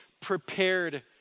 prepared